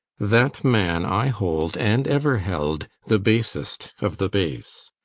that man i hold, and ever held, the basest of the base.